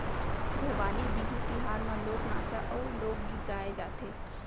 भोगाली बिहू तिहार म लोक नाचा अउ लोकगीत गाए जाथे